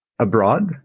abroad